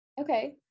Okay